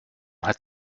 hat